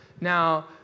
Now